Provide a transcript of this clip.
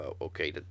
okay